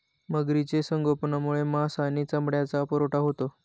मगरीचे संगोपनामुळे मांस आणि चामड्याचा पुरवठा होतो